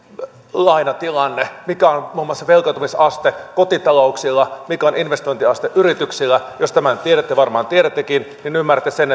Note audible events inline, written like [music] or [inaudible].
lainatilanne mikä on muun muassa velkaantumisaste kotitalouksilla mikä on investointiaste yrityksillä jos tämän tiedätte varmaan tiedättekin niin ymmärrätte sen [unintelligible]